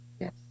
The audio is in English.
Yes